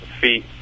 feet